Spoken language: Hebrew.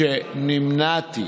אין נמנעים.